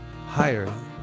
higher